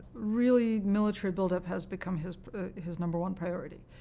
really military buildup has become his his number one priority,